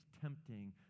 tempting